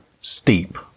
Steep